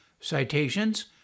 Citations